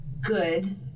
good